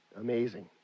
Amazing